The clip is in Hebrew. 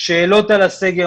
שאלות על הסגר,